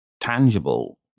tangible